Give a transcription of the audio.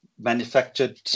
manufactured